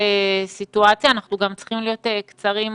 שאנחנו רואים, גם מאיסוף,